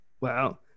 Wow